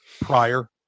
prior